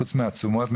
חוץ מעצומות,